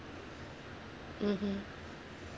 mmhmm